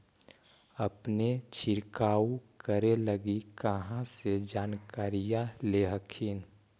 अपने छीरकाऔ करे लगी कहा से जानकारीया ले हखिन?